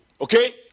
Okay